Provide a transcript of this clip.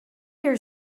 your